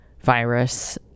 virus